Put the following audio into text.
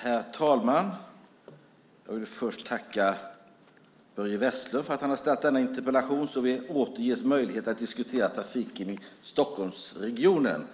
Herr talman! Jag vill först tacka Börje Vestlund för att han har ställt denna interpellation så att vi åter ges möjlighet att diskutera trafiken i Stockholmsregionen.